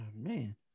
man